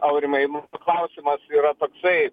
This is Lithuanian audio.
aurimai mūsų klausimas yra toksai